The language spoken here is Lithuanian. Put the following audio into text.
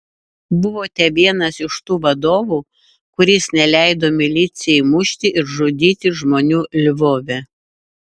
buvote vienas iš tų vadovų kuris neleido milicijai mušti ir žudyti žmonių lvove